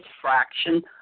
fraction